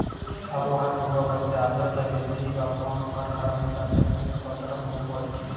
আবহাওয়ার পূর্বাভাসে আর্দ্রতা বেশি বা কম হওয়ার কারণে চাষের কাজে কতটা প্রভাব পড়ে?